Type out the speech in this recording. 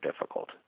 difficult